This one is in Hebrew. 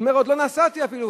הוא אומר: עוד לא נסעתי אפילו,